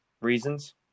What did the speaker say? Reasons